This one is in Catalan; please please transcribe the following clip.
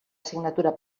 assignatura